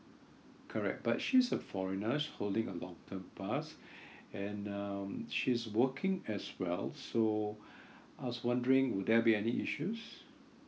correct but she's a foreigner holding a long term pass and um she's working as well so I was wondering will there be any issues